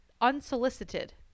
unsolicited